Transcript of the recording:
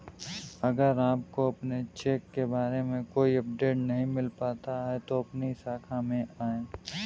अगर आपको अपने चेक के बारे में कोई अपडेट नहीं मिल पाता है तो अपनी शाखा में आएं